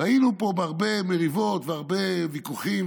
היינו פה בהרבה מריבות והרבה ויכוחים,